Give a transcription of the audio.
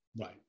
Right